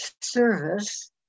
service